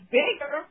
bigger